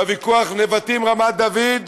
בוויכוח נבטים רמת דוד,